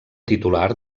titular